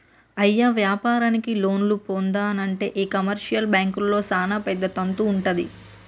అయ్య వ్యాపారానికి లోన్లు పొందానంటే ఈ కమర్షియల్ బాంకుల్లో సానా పెద్ద తంతు వుంటది